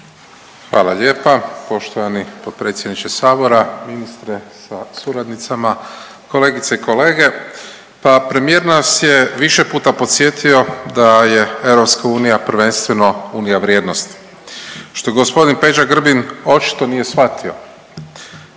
Hvala lijepa poštovani potpredsjedniče Sabora, ministre sa suradnicama, kolegice i kolege. Pa premijer nas je više puta podsjetio da je EU prvenstveno unija vrijednosti, što g. Peđa Grbin očito nije shvatio,